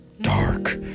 dark